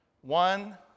One